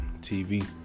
TV